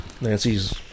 Nancy's